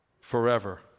forever